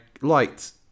liked